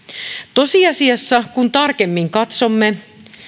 tosiasiassa kun tarkemmin katsomme